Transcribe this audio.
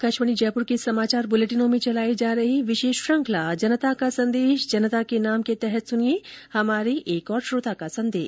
आकाशवाणी जयपुर के समाचार बुलेटिनों में चलाई जा रही विशेष श्रुखंला जनता का संदेश जनता के नाम के तहत सुनिये हमारे श्रोता का संदेश